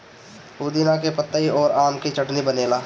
पुदीना के पतइ अउरी आम के चटनी बनेला